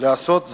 לעשות זאת,